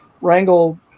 Wrangle